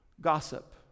Gossip